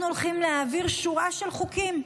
אנחנו הולכים להעביר שורה של חוקים.